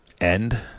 End